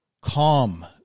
calm